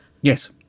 Yes